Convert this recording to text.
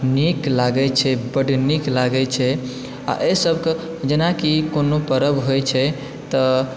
नीक लागै छै बड्ड नीक लागै छै एहि सभके जेनाकि कोनो पर्व होइ छै तऽ